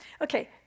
Okay